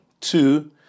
Two